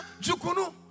Jukunu